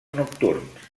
nocturns